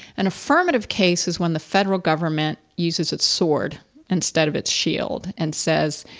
and affirmative cases when the federal government uses its sword instead of its shield and says,